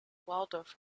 waldorf